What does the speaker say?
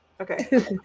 Okay